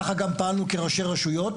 ככה גם פעלנו כראשי רשויות,